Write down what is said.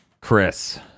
Chris